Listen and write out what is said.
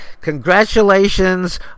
Congratulations